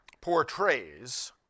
portrays